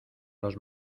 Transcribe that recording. los